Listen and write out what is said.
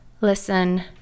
listen